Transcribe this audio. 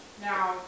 Now